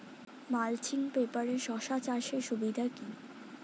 Mulching পেপারে শসা চাষের সুবিধা কি?